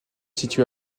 situé